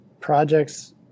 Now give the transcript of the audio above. projects